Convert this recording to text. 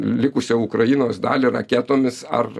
likusią ukrainos dalį raketomis ar